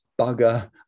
bugger